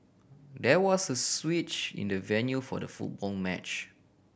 there was a switch in the venue for the football match